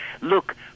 look